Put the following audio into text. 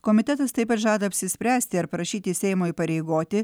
komitetas taip pat žada apsispręsti ar prašyti seimo įpareigoti